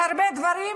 בהרבה דברים,